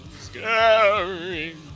scary